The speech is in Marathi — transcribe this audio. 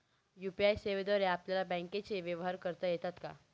यू.पी.आय सेवेद्वारे आपल्याला बँकचे व्यवहार करता येतात का?